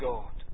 God